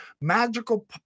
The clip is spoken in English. magical